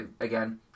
again